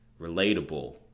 relatable